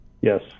Yes